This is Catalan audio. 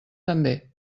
també